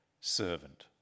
servant